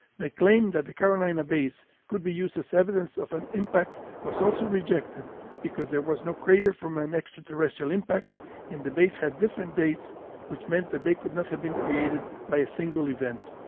the claim that the carolina bays could be used as evidence of an impact was also rejected because there was no crater from an extraterrestrial impact and the bays had different dates which meant that they could not have been created by a single event.